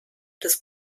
des